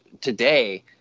today